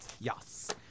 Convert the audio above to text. Yes